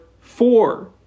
four